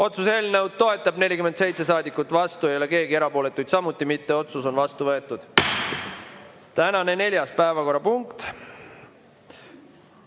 Otsuse eelnõu toetab 47 saadikut, vastu ei ole keegi, erapooletuid samuti mitte. Otsus on vastu võetud. Tänane neljas päevakorrapunkt: